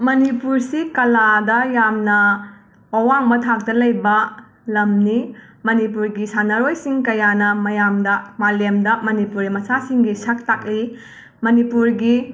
ꯃꯅꯤꯄꯨꯔꯁꯤ ꯀꯂꯥꯗ ꯌꯥꯝꯅ ꯑꯋꯥꯡꯕ ꯊꯥꯛꯇ ꯂꯩꯕ ꯂꯝꯅꯤ ꯃꯅꯤꯄꯨꯔꯒꯤ ꯁꯥꯟꯅꯔꯣꯏꯁꯤꯡ ꯀꯌꯥꯅ ꯃꯌꯥꯝꯗ ꯃꯥꯂꯦꯝꯗ ꯃꯅꯤꯄꯨꯔꯤ ꯃꯆꯥꯁꯤꯡꯒꯤ ꯁꯛ ꯇꯥꯛꯏ ꯃꯅꯤꯄꯨꯔꯒꯤ